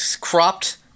cropped